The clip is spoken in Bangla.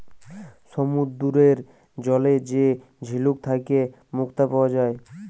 সমুদ্দুরের জলে যে ঝিলুক থ্যাইকে মুক্তা পাউয়া যায়